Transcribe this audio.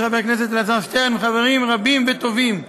חבר הכנסת אלעזר שטרן וחברים רבים וטובים אחרים,